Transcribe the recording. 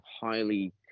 highly